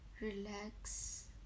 relax